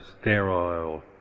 sterile